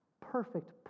Perfect